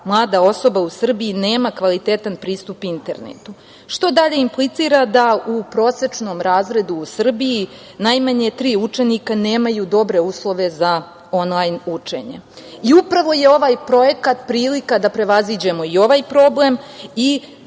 mlada osoba u Srbiji nema kvalitetan pristup internetu, što dalje implicira da u prosečnom razredu u Srbiji najmanje tri učenika nemaju dobre uslove za onlajn učenje. Upravo je ovaj projekat prilika da prevaziđemo i ovaj problem i